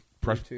press